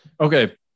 okay